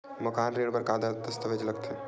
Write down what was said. मकान ऋण बर का का दस्तावेज लगथे?